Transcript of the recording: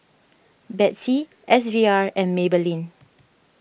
Betsy S V R and Maybelline